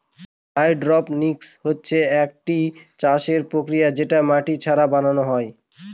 hydroponics হচ্ছে একটি চাষের প্রক্রিয়া যেটা মাটি ছাড়া বানানো হয়